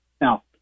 Now